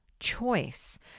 choice